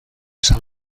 san